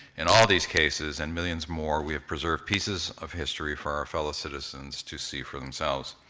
and all these cases and millions more, we have preserved pieces of history for our fellow citizens to see for themselves.